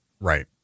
Right